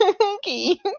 Okay